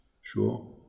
Sure